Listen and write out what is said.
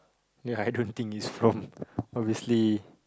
ya I don't think is from obviously